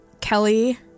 Kelly